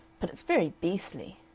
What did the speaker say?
but it's very beastly.